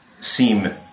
seem